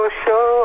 show